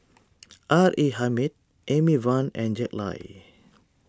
R A Hamid Amy Van and Jack Lai